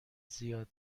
زیاد